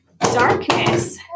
darkness